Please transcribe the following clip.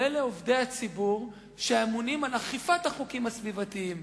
ואלה עובדי הציבור שאמונים על אכיפת החוקים הסביבתיים.